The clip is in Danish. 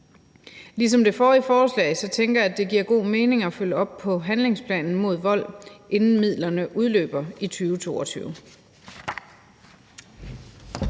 Ligesom med det forrige forslag tænker jeg, at det giver god mening at følge op på handlingsplanen mod vold, inden midlerne udløber i 2022.